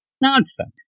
Nonsense